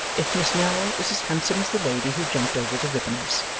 if miss nell was as handsome as the lady who jumped over the ribbons.